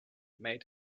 made